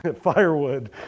Firewood